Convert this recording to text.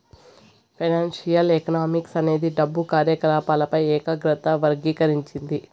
financial economics అనేది డబ్బు కార్యకాలపాలపై ఏకాగ్రత వర్గీకరించింది